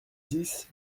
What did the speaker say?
dix